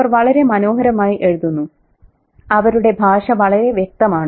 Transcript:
അവർ വളരെ മനോഹരമായി എഴുതുന്നു അവരുടെ ഭാഷ വളരെ വ്യക്തമാണ്